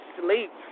sleep